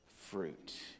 fruit